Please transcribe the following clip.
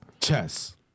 Chess